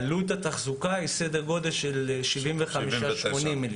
עלות התחזוקה היא סדר גודל 80-75 מיליון.